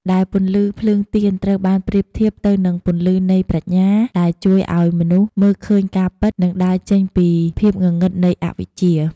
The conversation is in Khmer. ដែលពន្លឺភ្លើងទៀន ត្រូវបានប្រៀបធៀបទៅនឹង ពន្លឺនៃបញ្ញា ដែលជួយឲ្យមនុស្សមើលឃើញការពិត និងដើរចេញពីភាពងងឹតនៃអវិជ្ជា។